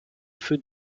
feux